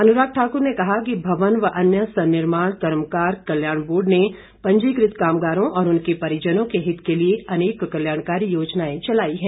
अनुराग ठाक्र ने कहा कि भवन व अन्य सन्निर्माण कर्मकार कल्याण बोर्ड ने पंजीकृत कामगारों और उनके परिजनों के हित के लिए अनेक कल्याणकारी योजनाएं चलाई हैं